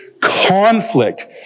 conflict